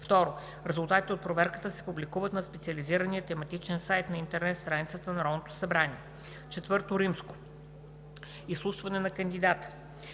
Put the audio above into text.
2. Резултатите от проверката се публикуват на специализирания тематичен сайт на интернет страницата на Народното събрание. IV. Изслушване на кандидата